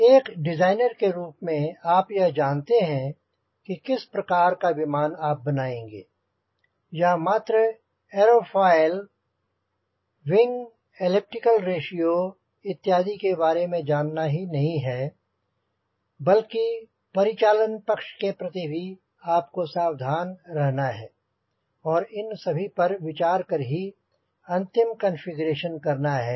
एक डिज़ाइनर के रूप में आप यह जानते हैं कि किस प्रकार का विमान आप बनाएँगे यह मात्र ऐरोफॉल विंग इलिप्टिक रेश्यो इत्यादि के बारे में जानना ही नहीं है बल्कि परिचालन पक्ष के प्रति भी आपको सावधान रहना है और इन सभी पर विचार कर ही अंतिम कंफीग्रेशन करना है